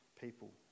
people